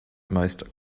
most